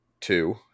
two